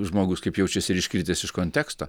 žmogus kaip jaučiasi ir iškritęs iš konteksto